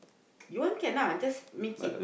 you want can ah just make it